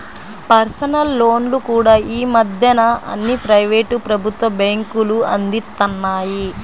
personal లోన్లు కూడా యీ మద్దెన అన్ని ప్రైవేటు, ప్రభుత్వ బ్యేంకులూ అందిత్తన్నాయి